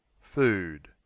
Food